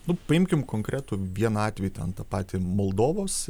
nu paimkim konkretų vieną atvejį ten tą patį moldovos